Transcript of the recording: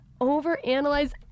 overanalyze